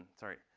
sorry,